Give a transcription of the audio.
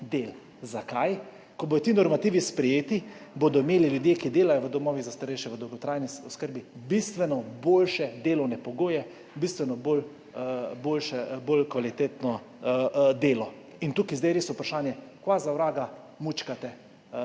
del. Zakaj? Ko bodo ti normativi sprejeti, bodo imeli ljudje, ki delajo v domovih za starejše, v dolgotrajni oskrbi bistveno boljše delovne pogoje, bistveno bolj kvalitetno delo. Tukaj je zdaj res vprašanje, kaj za vraga mencate,